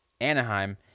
Anaheim